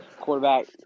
Quarterback